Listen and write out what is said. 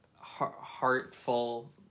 heartful